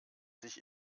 sich